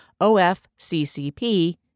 OFCCP